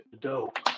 dope